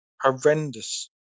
horrendous